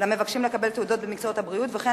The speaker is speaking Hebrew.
למבקשים לקבל תעודות במקצועות הבריאות וכן